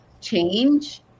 change